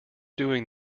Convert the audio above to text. doing